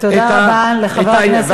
תודה רבה לחבר הכנסת.